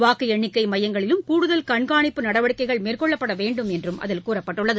வாக்குஎண்ணிக்கைமையங்களிலும் கூடுதல் கண்காணிப்பு நடவடிக்கைகள் மேற்கொள்ளப்படவேண்டும் என்றும் அதில் கூறப்பட்டுள்ளது